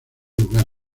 lugar